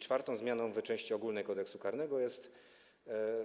Czwartą zmianą w części ogólnej Kodeksu karnego jest